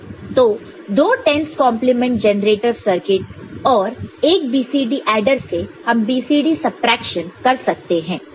तो दो 10's complement generator circuit और 1 BCD एडर से हम BCD सबट्रैक्शन कर सकते हैं